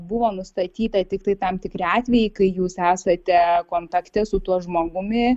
buvo nustatyta tiktai tam tikri atvejai kai jūs esate kontakte su tuo žmogumi